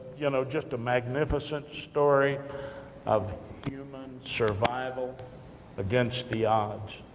you know just a magnificent story of human survival against the odds.